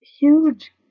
huge